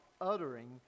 uttering